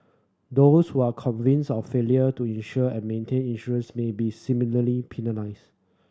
those who are convince of failure to insure and maintain insurance may be similarly